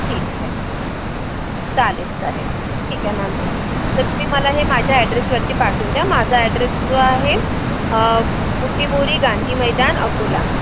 ठीक आहे चालेलचालेल ठीक आहे मॅम तर तुम्ही मला हे माझ्या ॲड्रेसवरती पाठवून द्या माझा ॲड्रेस जो आहे बुटीबुरी गांधी मैदान अकोला